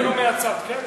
אפילו מהצד.